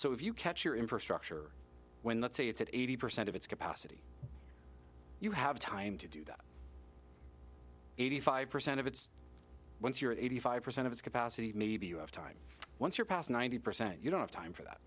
so if you catch your infrastructure when let's say it's at eighty percent of its capacity you have time to do that eighty five percent of it's once you're at eighty five percent of its capacity maybe you have time once you're past ninety percent you don't have time for that